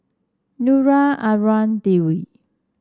Nura Anuar Dwi